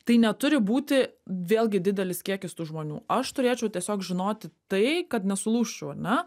tai neturi būti vėlgi didelis kiekis tų žmonių aš turėčiau tiesiog žinoti tai kad nesulūžčiau ar ne